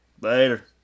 Later